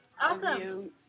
Awesome